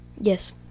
Yes